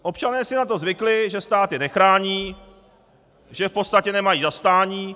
Občané si na to zvykli, že stát je nechrání, že v podstatě nemají zastání.